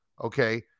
okay